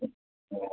ꯑꯣ